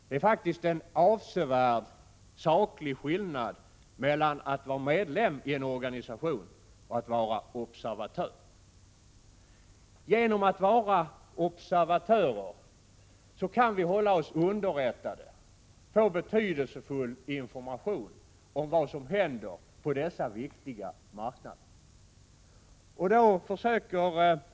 Det är en avsevärd saklig skillnad mellan att vara medlem i en organisation och att vara observatör. Genom att vara observatörer i IGGI kan vi hålla oss underrättade och få betydelsefull information om vad som händer på dessa viktiga marknader.